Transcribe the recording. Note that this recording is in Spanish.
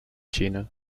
china